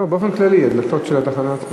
לא, באופן כללי, הדלתות של התחנה.